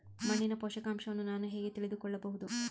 ಮಣ್ಣಿನ ಪೋಷಕಾಂಶವನ್ನು ನಾನು ಹೇಗೆ ತಿಳಿದುಕೊಳ್ಳಬಹುದು?